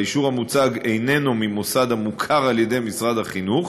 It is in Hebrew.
והאישור המוצג איננו ממוסד המוכר על-ידי משרד החינוך,